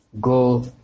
Go